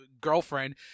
girlfriend